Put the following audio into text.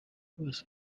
was